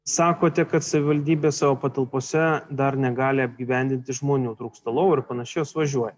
sakote kad savivaldybė savo patalpose dar negali apgyvendinti žmonių trūksta lovų ir panašiai jos važiuoja